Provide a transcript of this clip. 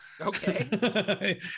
Okay